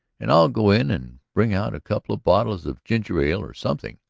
and i'll go in and bring out a couple of bottles of ginger ale or something.